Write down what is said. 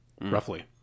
roughly